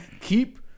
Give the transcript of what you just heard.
Keep